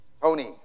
Tony